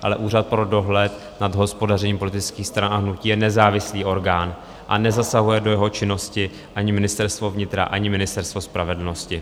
Ale Úřad pro dohled nad hospodařením politických stran a hnutí je nezávislý orgán a nezasahuje do jeho činnosti ani Ministerstvo vnitra, ani Ministerstvo spravedlnosti.